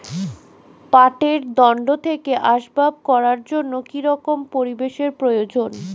পাটের দণ্ড থেকে আসবাব করার জন্য কি রকম পরিবেশ এর প্রয়োজন?